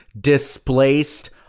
displaced